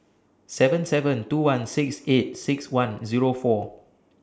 seven seven two one six eight six one Zero four